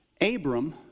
Abram